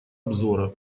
обзора